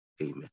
Amen